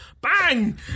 Bang